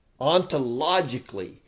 ontologically